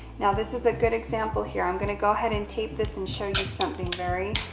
now, this is a good example, here. i'm gonna go ahead and tape this and show you something very